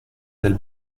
del